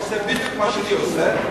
יעשה בדיוק מה שאני עושה,